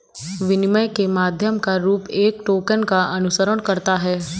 विनिमय के माध्यम का रूप एक टोकन का अनुसरण करता है